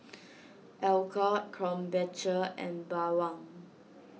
Alcott Krombacher and Bawang